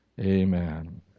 Amen